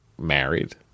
married